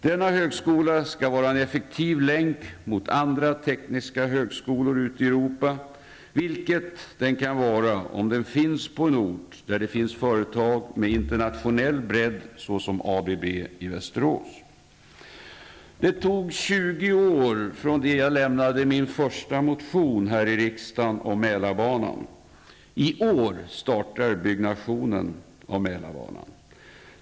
Denna högskola skall vara en effektiv länk mot andra tekniska högskolor ute i Europa, vilket den kan vara om den finns på en ort där det finns företag med internationell bredd såsom ABB i Det tog 20 år från det jag väckte min första motion här i riksdagen om Mälarbanan -- i år startar byggandet av Mälarbanan.